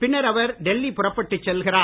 பின்னர் அவர் டெல்லி புறப்பட்டு செல்கிறார்